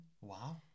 Wow